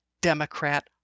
Democrat